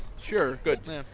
sure. good.